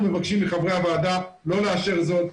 אנחנו מבקשים מחברי הוועדה לא לאשר זאת,